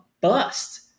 bust